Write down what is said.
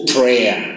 prayer